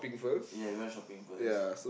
ya we went shopping first